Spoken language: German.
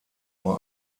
bei